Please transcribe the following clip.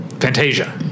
Fantasia